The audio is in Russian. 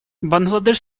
бангладеш